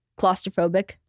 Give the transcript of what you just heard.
Claustrophobic